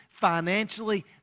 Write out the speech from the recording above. financially